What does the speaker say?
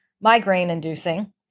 migraine-inducing